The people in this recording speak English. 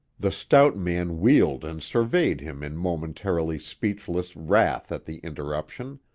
the stout man wheeled and surveyed him in momentarily speechless wrath at the interruption.